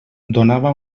donava